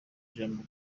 ijambo